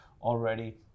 already